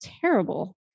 terrible